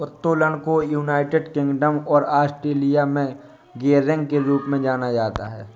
उत्तोलन को United Kingdom और ऑस्ट्रेलिया में गियरिंग के रूप में जाना जाता है